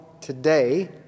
today